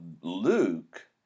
Luke